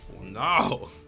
No